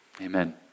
Amen